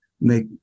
make